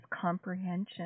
comprehension